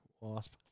Wasp